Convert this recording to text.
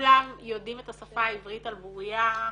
כולם יודעים את השפה העברית על בוריה,